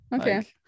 Okay